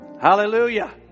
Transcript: Hallelujah